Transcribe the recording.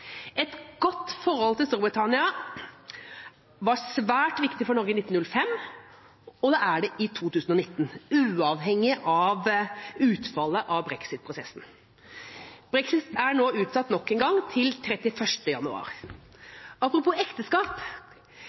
Et godt forhold til Storbritannia var svært viktig for Norge i 1905, og det er det også i 2019, uavhengig av utfallet av brexit-prosessen. Brexit er nå utsatt nok engang, til 31. januar. Apropos ekteskap